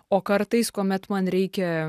o kartais kuomet man reikia